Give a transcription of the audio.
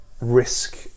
risk